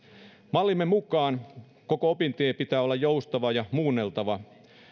mallimme mukaan koko opintien pitää olla joustava ja muunneltava